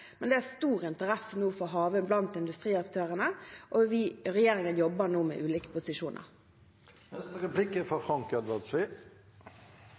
Det er stor interesse for havvind blant industriaktørene, og regjeringen jobber nå med ulike